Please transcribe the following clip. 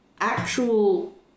actual